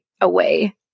away